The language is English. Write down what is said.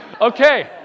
Okay